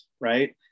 right